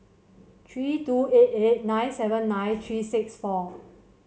three two eight eight nine seven nine three six four